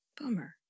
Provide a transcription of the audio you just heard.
bummer